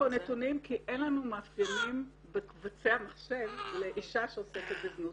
אין לי פה נתונים כי אין לנו מאפיינים בקבצי המחשב לאישה שעוסקת בזנות.